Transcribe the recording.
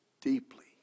deeply